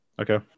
Okay